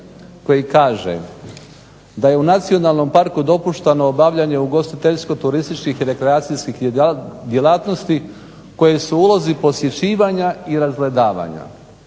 koji kaže "da je u nacionalnom parku dopušteno obavljanje ugostiteljsko-turističkih i rekreacijskih djelatnosti koje su u ulozi posjećivanja i razgledavanja"